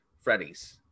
Freddie's